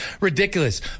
Ridiculous